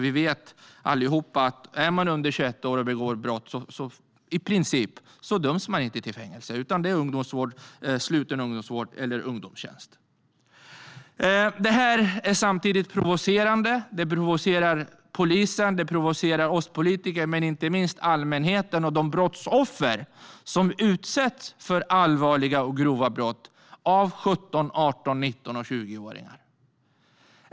Vi vet allihop att den som är under 21 år och begår brott i princip inte döms till fängelse. Det blir i stället ungdomsvård, sluten ungdomsvård eller ungdomstjänst. Detta är provocerande. Det provocerar polisen och oss politiker, men det provocerar inte minst allmänheten och de brottsoffer som utsätts för allvarliga och grova brott av 17-åringar, 18-åringar, 19-åringar och 20åringar.